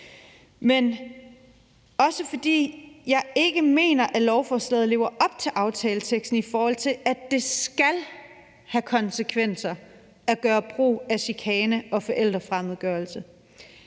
handlerogså om, at jeg ikke mener, at lovforslaget lever op til aftaleteksten, i forhold til at det skal have konsekvenser at gøre brug af chikane og forældrefremmedgørelse.